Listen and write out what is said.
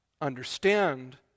understand